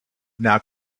now